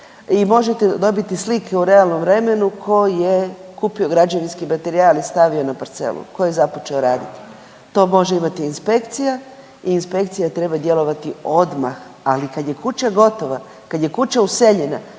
i možete dobiti slike u realnom vremenu tko je kupio građevinski materijal i stavio na parcelu, tko je započeo raditi. To može imati inspekcija i inspekcija treba djelovati odmah. Ali kad je kuća gotova, kad je kuća useljena,